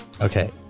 Okay